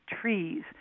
trees